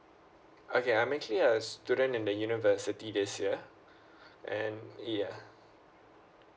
okay I'm actually a student in the university this year and ya